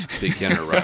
beginner